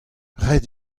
ret